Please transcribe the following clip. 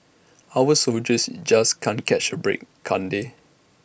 our soldiers just can't catch A break can't they